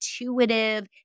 intuitive